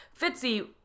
Fitzy